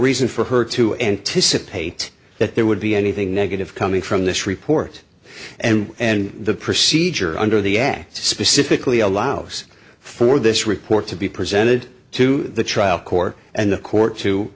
reason for her to anticipate that there would be anything negative coming from this report and the procedure under the act specifically allows for this report to be presented to the trial court and the court to